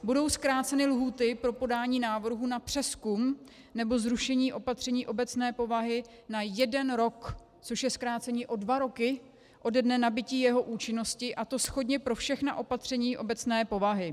Budou zkráceny lhůty pro podání návrhů na přezkum nebo zrušení opatření obecné povahy na jeden rok, což je zkrácení o dva roky ode dne nabytí jeho účinnosti, a to shodně pro všechna opatření obecné povahy.